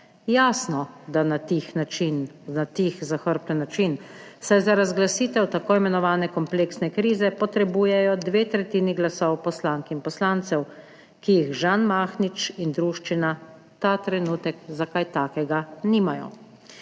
način, na tih zahrbten način, saj za razglasitev tako imenovane kompleksne krize potrebujejo dve tretjini glasov poslank in poslancev, ki jih Žan Mahnič in druščina ta trenutek za kaj takega nimajo.